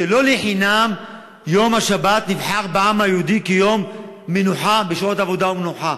לא לחינם יום השבת נבחר בעם היהודי כיום מנוחה בחוק שעות עבודה ומנוחה,